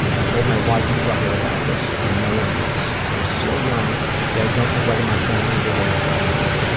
i've told my wife and brother about this, and no one else. i was so young that i don't know whether my family is aware of what happened,